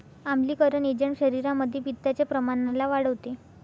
आम्लीकरण एजंट शरीरामध्ये पित्ताच्या प्रमाणाला वाढवते